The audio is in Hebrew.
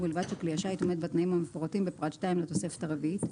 ובלבד שכלי השיט עומד בתנאים המפורטים בפרט 2 לתוספת הרביעית".